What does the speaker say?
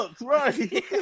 right